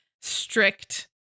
strict